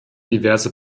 diverse